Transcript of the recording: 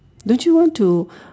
don't you want to